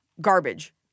garbage